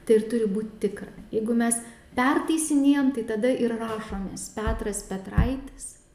tai ir turi būti tikra jeigu mes pertaisinėjam tai tada ir rašomės petras petraitis